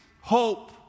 hope